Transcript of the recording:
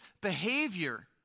behavior